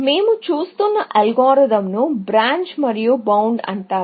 మేము చూస్తున్న అల్గోరిథంను బ్రాంచ్ మరియు బౌండ్ అంటారు